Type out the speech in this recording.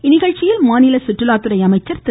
இந்நிகழ்ச்சியில் மாநில சுற்றுலாத்துறை அமைச்சர் திரு